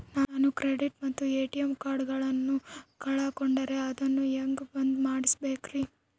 ನಾನು ಕ್ರೆಡಿಟ್ ಮತ್ತ ಎ.ಟಿ.ಎಂ ಕಾರ್ಡಗಳನ್ನು ಕಳಕೊಂಡರೆ ಅದನ್ನು ಹೆಂಗೆ ಬಂದ್ ಮಾಡಿಸಬೇಕ್ರಿ?